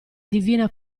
divina